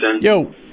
Yo